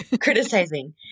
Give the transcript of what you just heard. criticizing